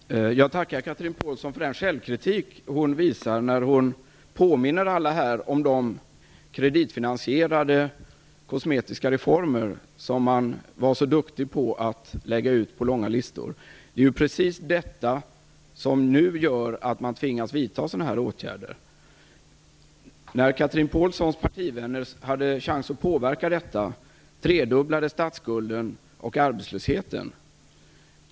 Fru talman! Jag tackar Chatrine Pålsson för den självkritik som hon ger uttryck för när hon påminner alla här om de kreditfinansierade kosmetiska reformer som man var så duktig på att lägga ut i långa listor. Det är precis de som gör att man nu tvingas vidta sådana här åtgärder. När Chatrine Pålssons partivänner hade tillfälle att påverka detta tredubblades statsskulden och arbetslösheten.